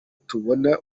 tubona